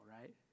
right